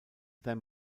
them